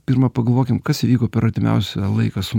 pirma pagalvokim kas vyko per artimiausią laiką su